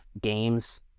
games